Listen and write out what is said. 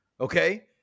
okay